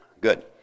Good